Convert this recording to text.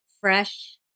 fresh